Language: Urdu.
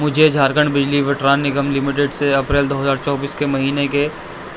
مجھے جھارکھنڈ بجلی وٹران نگم لمیٹڈ سے اپریل دو ہزار چوبیس کے مہینے کے